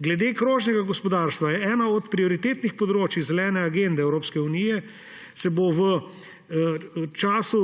Glede krožnega gospodarstva, ena od prioritetnih področij Zelene agende Evropske unije se bo v času